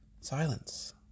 Silence